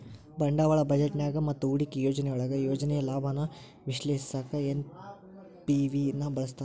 ಬಂಡವಾಳ ಬಜೆಟ್ನ್ಯಾಗ ಮತ್ತ ಹೂಡಿಕೆ ಯೋಜನೆಯೊಳಗ ಯೋಜನೆಯ ಲಾಭಾನ ವಿಶ್ಲೇಷಿಸಕ ಎನ್.ಪಿ.ವಿ ನ ಬಳಸ್ತಾರ